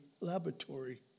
laboratory